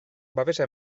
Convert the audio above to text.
babesa